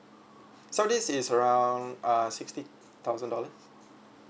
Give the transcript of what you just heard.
so this is around uh sixty thousand dollar